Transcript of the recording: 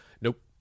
Nope